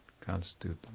constitute